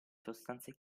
sostanze